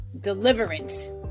deliverance